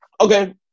okay